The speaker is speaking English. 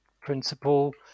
principle